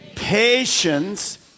Patience